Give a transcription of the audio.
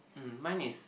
mm mine is